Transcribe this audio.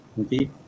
okay